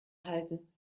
halten